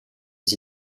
les